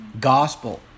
gospel